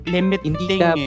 Limiting